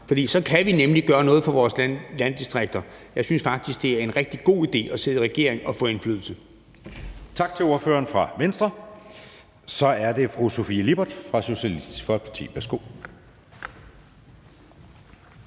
for så kan vi nemlig gøre noget for vores landdistrikter. Jeg synes faktisk, det er en rigtig god idé at sidde i regering og få indflydelse. Kl. 19:05 Anden næstformand (Jeppe Søe): Tak til ordføreren for Venstre. Så er det fru Sofie Lippert fra Socialistisk Folkeparti. Værsgo.